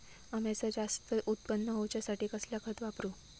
अम्याचा जास्त उत्पन्न होवचासाठी कसला खत वापरू?